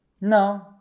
No